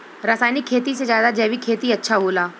रासायनिक खेती से ज्यादा जैविक खेती अच्छा होला